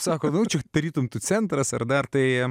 sako nu čia tarytum tu centras ar dar tai